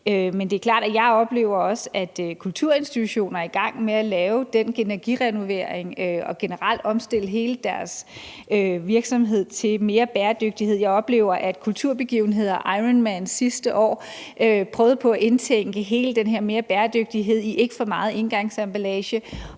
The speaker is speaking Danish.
Men det er klart, at jeg også oplever, at kulturinstitutioner er i gang med at lave energirenovering og med generelt at omstille hele deres virksomhed til mere bæredygtighed, og jeg oplever, at man i forbindelse med kulturbegivenheder, f.eks. ironman sidste år, prøver at indtænke mere bæredygtighed og mindre engangsemballage.